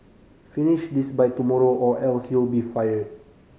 finish this by tomorrow or else you'll be fired